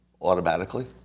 automatically